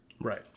Right